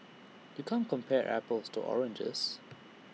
you can't compare apples to oranges